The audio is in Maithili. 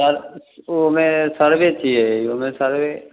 सर ओहिमे सर्वे छियै ओहिमे सर्वे